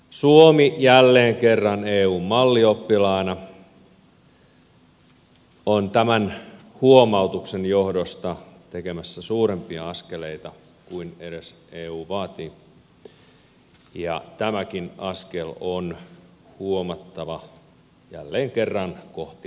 suomi jälleen kerran eun mallioppilaana on tämän huomautuksen johdosta ottamassa suurempia askeleita kuin mitä edes eu vaatii ja tämäkin on huomattava askel jälleen kerran kohti liittovaltiota